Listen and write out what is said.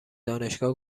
دانشگاه